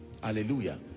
Hallelujah